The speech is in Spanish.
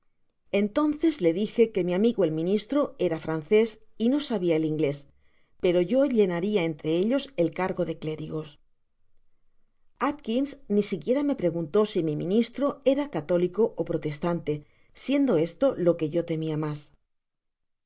entonces le dije que mi amigo el ministro era francés y no abias el inglés pero yo llenaria entrejellos el cargo de clérigos atkins ni siquiera me preguntó si mi ministro era católico ó protestante siendo esto lo que yo temía mas